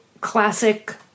classic